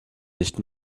nicht